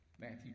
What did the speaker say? Matthew